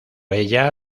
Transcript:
ella